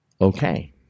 Okay